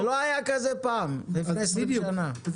זה לא היה כזה פעם, לפני 20 שנה.